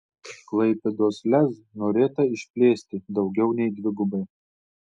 klaipėdos lez norėta išplėsti daugiau nei dvigubai